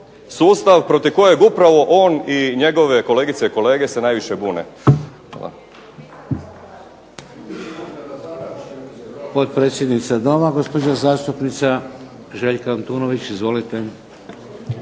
sustav protiv kojeg upravo i njegove kolegice i kolege se najviše bune. **Šeks, Vladimir (HDZ)** Potpredsjednica Doma gospođa zastupnica Željka Antunović. Izvolite.